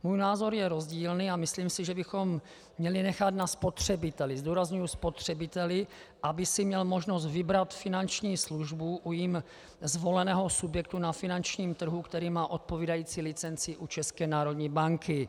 Můj názor je rozdílný a myslím si, že bychom měli nechat na spotřebiteli zdůrazňuji spotřebiteli , aby si měl možnost vybrat finanční službu u jím zvoleného subjektu na finančním trhu, který má odpovídající licenci u České národní banky.